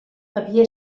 havia